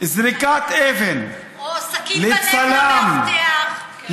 זריקת אבן, או סכין בלב למאבטח.